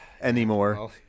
Anymore